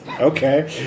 Okay